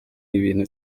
ibintu